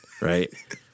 right